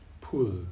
pull